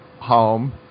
home